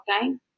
time